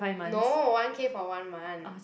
no one K for one month